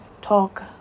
talk